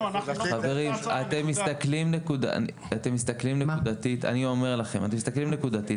חברים, אני אומר לכם שאתם מסתכלים נקודתית.